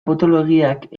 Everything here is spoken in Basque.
potoloegiak